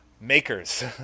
makers